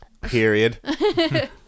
Period